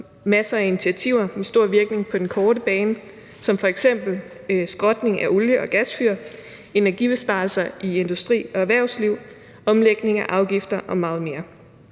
masser af initiativer med stor virkning på den korte bane som f.eks. skrotning af olie- og gasfyr, energibesparelser i industri og erhvervsliv, omlægning af afgifter og meget mere.